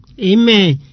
amen